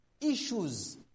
issues